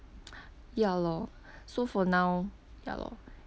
ya lor so for now ya lor